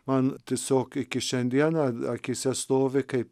man tiesiog iki šiandieną akyse stovi kaip